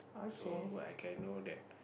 so I can know that